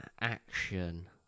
action